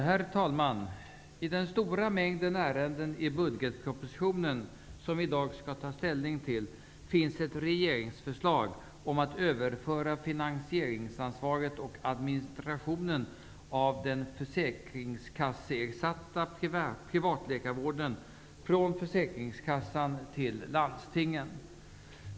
Herr talman! I den stora mängd ärenden som behandlas i den budgetproposition som vi i dag skall ta ställning till finns det ett regeringsförslag om att överföra finansieringsansvaret och administrationen av den försäkringskasseersatta privatläkarvården från Försäkringskassan till landstingen.